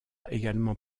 également